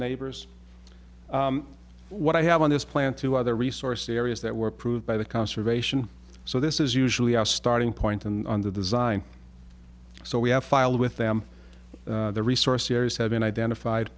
neighbors what i have on this plant two other resource areas that were approved by the conservation so this is usually our starting point in the design so we have filed with them the resource areas have been identified